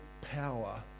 power